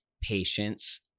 patience